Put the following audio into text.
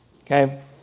Okay